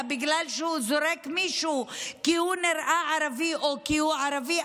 בגלל שהוא זורק מישהו כי הוא נראה ערבי או כי הוא ערבי,